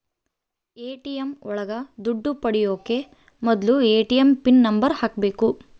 ATM ಒಳಗ ದುಡ್ಡು ಪಡಿಯೋಕೆ ಮೊದ್ಲು ಎ.ಟಿ.ಎಂ ಪಿನ್ ನಂಬರ್ ಹಾಕ್ಬೇಕು